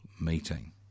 meeting